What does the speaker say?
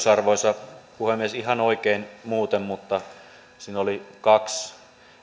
arvoisa puhemies ihan oikein muuten mutta siinä oli kaksi